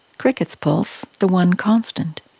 crickets pulse, the one constant.